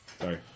Sorry